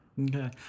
Okay